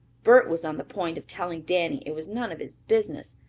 bert was on the point of telling danny it was none of his business,